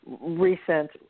recent